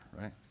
right